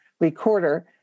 recorder